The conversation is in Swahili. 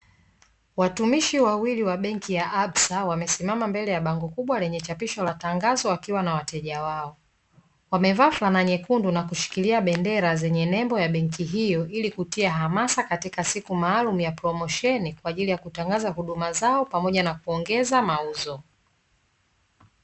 Watumishi wawili wa benki ya "absa" wamesimama mbele ya bango kubwa lenye chapisho la tangazo wakiwa na wateja wao. Wamevaa fulana nyekundu na kushikilia bendera zenye nembo ya benki hiyo ili kutia hamasa katika siku maalumu ya promosheni, kwa ajili ya kutangaza huduma zao pamoja na kuongeza mauzo.